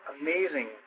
amazing